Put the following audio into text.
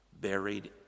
buried